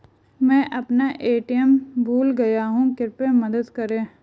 मैं अपना ए.टी.एम भूल गया हूँ, कृपया मदद करें